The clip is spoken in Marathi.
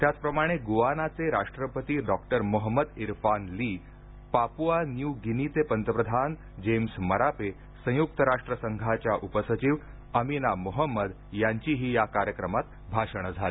त्याचप्रमाणे गुआना चे राष्ट्रपती डॉक्टर मोहम्मद इरफान ली पापुआ न्यू गिनीचे पंतप्रधान जेम्स मरापे संयुक्त राष्ट्र संघाच्या उपसचिव अमिना मोहम्मद यांचीही या कार्यक्रमात भाषण झाली